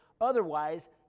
otherwise